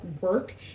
work